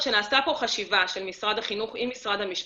נעשתה חשיבה של משרד החינוך עם משרד המשפטים,